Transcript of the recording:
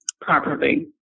properly